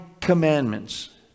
commandments